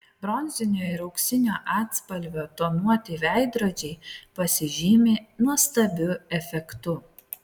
bronzinio ir auksinio atspalvio tonuoti veidrodžiai pasižymi nuostabiu efektu